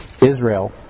Israel